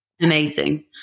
amazing